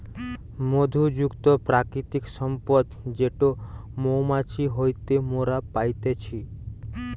মধু যুক্ত প্রাকৃতিক সম্পদ যেটো মৌমাছি হইতে মোরা পাইতেছি